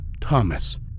Thomas